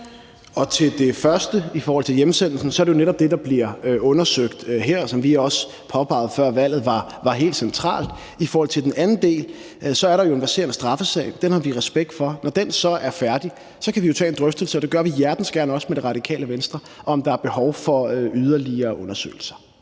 Til det første i forhold til hjemsendelsen vil jeg sige, er det jo netop er det, der bliver undersøgt her, og som vi også påpegede før valget var helt centralt. I forhold til den anden del vil jeg sige, at der jo er en verserende straffesag. Den har vi respekt for. Når den så er færdig, kan vi jo tage en drøftelse, og det gør vi hjertens gerne også med Radikale Venstre, om, hvorvidt der er behov for yderligere undersøgelser.